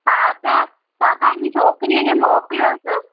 हा त तव्हां पंहिंजी छोकिरीअ खे मोकिलियोसि